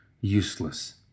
Useless